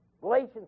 Galatians